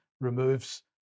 removes